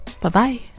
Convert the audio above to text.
Bye-bye